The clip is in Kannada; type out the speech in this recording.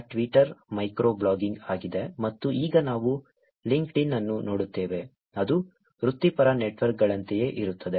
Twitter ಮೈಕ್ರೋ ಬ್ಲಾಗಿಂಗ್ ಆಗಿದೆ ಮತ್ತು ಈಗ ನಾವು ಲಿಂಕ್ಡ್ಇನ್ ಅನ್ನು ನೋಡುತ್ತೇವೆ ಅದು ವೃತ್ತಿಪರ ನೆಟ್ವರ್ಕ್ಗಳಂತೆಯೇ ಇರುತ್ತದೆ